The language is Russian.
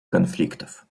конфликтов